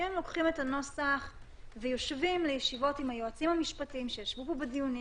אם לוקחים את הנוסח ויושבים עם היועצים המשפטיים שישבו פה בדיונים,